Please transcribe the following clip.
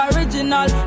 Original